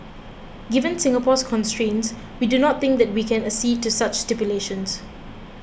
given Singapore's constraints we do not think that we can accede to such stipulations